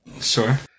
Sure